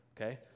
okay